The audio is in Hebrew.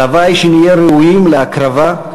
ולוואי שנהיה ראויים להקרבה,